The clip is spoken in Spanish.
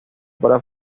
para